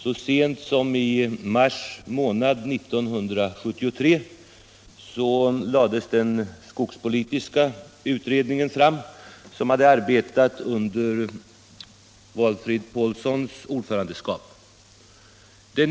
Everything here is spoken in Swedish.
Så sent som i mars månad 1973 lades den skogspolitiska utredningen fram. Den hade arbetat under Valfrid Paulssons ordförandeskap.